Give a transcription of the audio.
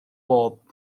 bob